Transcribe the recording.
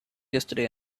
yesterday